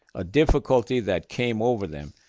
a difficulty that came over them,